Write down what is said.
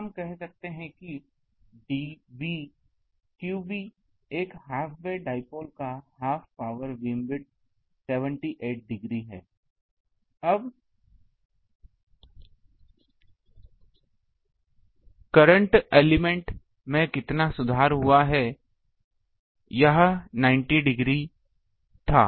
तो हम कह सकते हैं कि qB एक हाफ वे डाइपोल का हाफ पावर बीमविथ 78 डिग्री है अब वर्तमान तत्व में कितना सुधार हुआ यह 90 डिग्री था